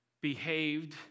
behaved